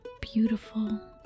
beautiful